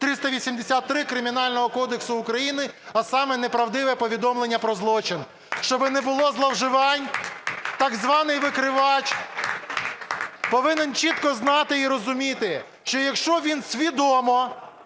383 Кримінального кодексу України, а саме неправдиве повідомлення про злочин. Щоб не було зловживань, так званий викривач повинен чітко знати і розуміти, що якщо він свідомо